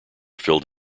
filled